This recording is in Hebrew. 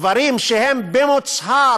דברים שהם במוצהר,